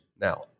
now